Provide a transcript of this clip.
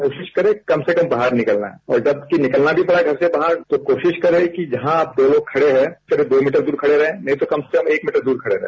कोशिश करें कम से कम बाहर निकलना है और जब निकलना भी पड़े घर से बाहर तो कोशिश करे तो जहां आप दो लोग खड़े है करीब दो मीटर दूर खड़े रहे नहीं तो कम से कम एक मीटर दूर खड़े रहे